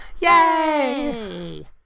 Yay